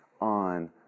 on